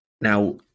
now